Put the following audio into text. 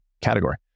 category